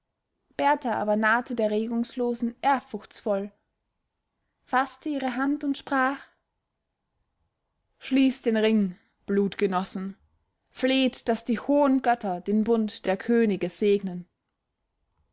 berthar aber nahte der regungslosen ehrfurchtsvoll faßte ihre hand und sprach schließt den ring blutgenossen fleht daß die hohen götter den bund der könige segnen